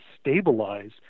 stabilize